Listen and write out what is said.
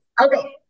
Okay